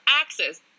axes